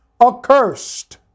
accursed